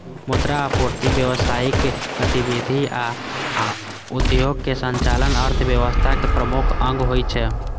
मुद्रा आपूर्ति, व्यावसायिक गतिविधि आ उद्योगक संचालन अर्थव्यवस्थाक प्रमुख अंग होइ छै